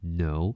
no